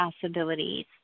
possibilities